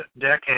decade